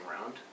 round